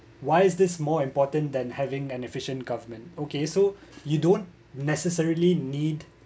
why is this more important than having an efficient government okay so you don't necessarily need